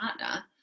partner